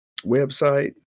website